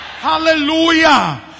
hallelujah